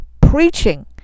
preaching